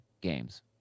games